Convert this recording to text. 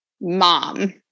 mom